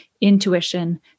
intuition